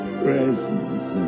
presence